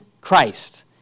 Christ